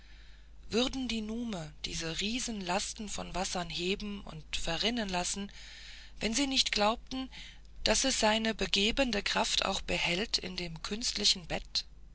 würden die nume diese riesenlasten von wasser heben und verrinnen lassen wenn sie nicht glaubten daß es seine begebende kraft auch behält in dem künstlichen bett